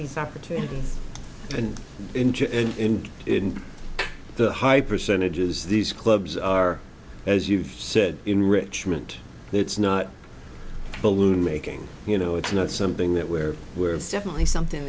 these opportunities and in the high percentages these clubs are as you've said enrichment it's not balloon making you know it's not something that we're definitely something